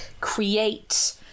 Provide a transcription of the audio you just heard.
create